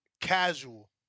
casual